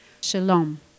Shalom